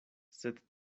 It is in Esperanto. sed